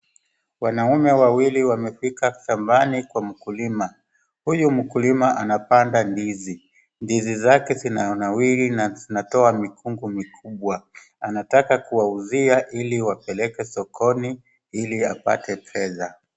Wanaume wawili wamefika shambani kwa mkulima. Huyu mkulima anapanga ndizi. Ndizi zake zinanawiri na zinatoa mikungu mikubwa. Anataka kuwauzia ili wapeleke sokoni ili apate pesa.